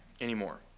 anymore